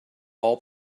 all